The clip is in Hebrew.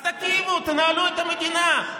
אז תקימו, תנהלו את המדינה.